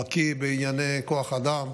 בקי בענייני כוח אדם,